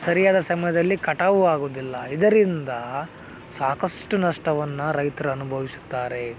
ಸರಿಯಾದ ಸಮಯದಲ್ಲಿ ಕಟಾವು ಆಗೊದಿಲ್ಲ ಇದರಿಂದ ಸಾಕಷ್ಟು ನಷ್ಟವನ್ನು ರೈತರು ಅನುಭವಿಸುತ್ತಾರೆ